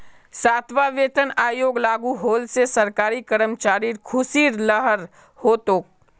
सातवां वेतन आयोग लागू होल से सरकारी कर्मचारिर ख़ुशीर लहर हो तोक